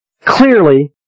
clearly